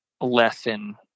lesson